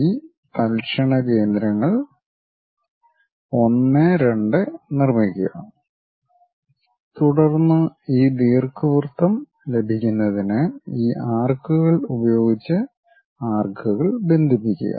ഈ തൽക്ഷണ കേന്ദ്രങ്ങൾ 1 2 നിർമ്മിക്കുക തുടർന്ന് ഈ ദീർഘവൃത്തം ലഭിക്കുന്നതിന് ഈ ആർക്കുകൾ ഉപയോഗിച്ച് ആർക്കുകൾ ബന്ധിപ്പിക്കുക